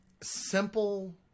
Simple